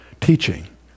teaching